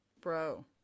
Bro